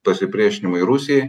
pasipriešinimui rusijai